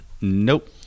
nope